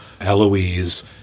Eloise